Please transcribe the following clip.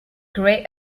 gray